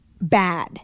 bad